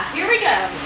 here we go.